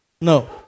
No